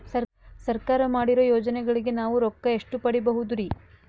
ಸರ್ಕಾರ ಮಾಡಿರೋ ಯೋಜನೆಗಳಿಗೆ ನಾವು ರೊಕ್ಕ ಎಷ್ಟು ಪಡೀಬಹುದುರಿ?